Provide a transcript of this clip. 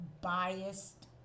biased